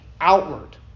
outward